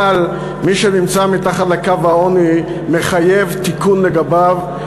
אבל מי שנמצא מתחת לקו העוני, מחייב תיקון לגביו.